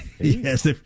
Yes